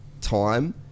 time